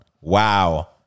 Wow